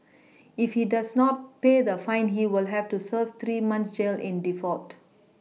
if he does not pay the fine he will have to serve three months jail in default